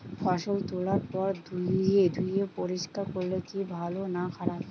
ফসল তোলার পর ধুয়ে পরিষ্কার করলে কি ভালো না খারাপ?